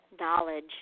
knowledge